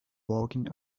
walking